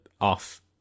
off